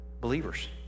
believers